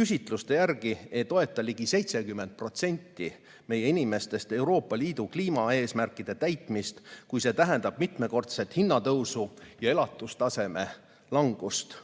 Küsitluste järgi ei toeta ligi 70% meie inimestest Euroopa Liidu kliimaeesmärkide täitmist, kui see tähendab mitmekordset hinnatõusu ja elatustaseme langust.